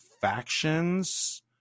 factions